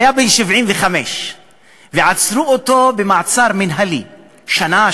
שהיה בן 75 ועצרו אותו במעצר מינהלי במשך שנה,